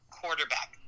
quarterback